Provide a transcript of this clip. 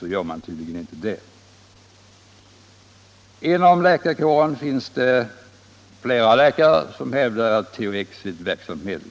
gör man tydligen det. Inom läkarkåren finns det flera som hävdar att THX är ett verksamt medel.